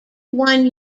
one